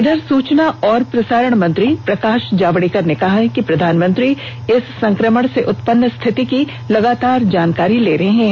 इधर सूचना और प्रसारण मंत्री प्रकाश जावडेकर ने कहा कि प्रधानमंत्री इस संक्रमण से उत्पन्न स्थिति की लगातार जानकारी ले रहे हैं